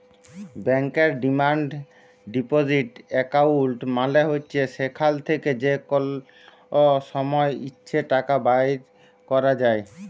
ব্যাংকের demand deposit account মালে হছে যেখাল থ্যাকে যে কল সময় ইছে টাকা বাইর ক্যরা যায়